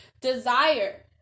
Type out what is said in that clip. desire